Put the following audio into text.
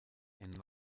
and